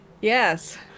yes